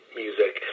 music